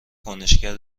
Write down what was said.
کنشگر